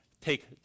take